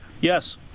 Yes